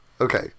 Okay